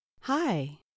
Hi